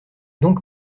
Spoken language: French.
donc